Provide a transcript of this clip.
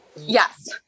Yes